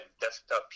desktop